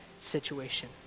situation